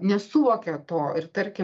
nesuvokia to ir tarkim